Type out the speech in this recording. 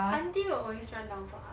aunty will always round down for us